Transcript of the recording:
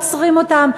עוצרים אותם,